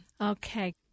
Okay